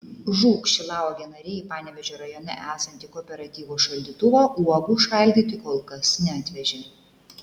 žūk šilauogė nariai į panevėžio rajone esantį kooperatyvo šaldytuvą uogų šaldyti kol kas neatvežė